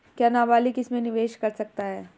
क्या नाबालिग इसमें निवेश कर सकता है?